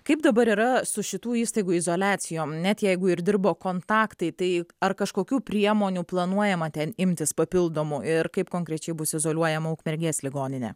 kaip dabar yra su šitų įstaigų izoliacijom net jeigu ir dirbo kontaktai tai ar kažkokių priemonių planuojama ten imtis papildomų ir kaip konkrečiai bus izoliuojama ukmergės ligoninė